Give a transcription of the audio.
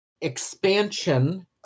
expansion